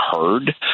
heard